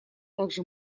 также